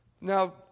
Now